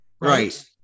right